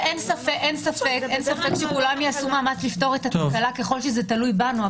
אין ספק שכולם יעשו מאמץ לפתור את התקלה ככל שזה תלוי בנו,